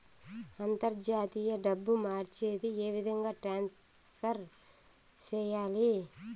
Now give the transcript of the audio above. అంతర్జాతీయ డబ్బు మార్చేది? ఏ విధంగా ట్రాన్స్ఫర్ సేయాలి?